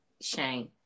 Shane